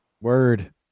Word